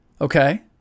okay